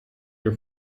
your